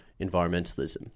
environmentalism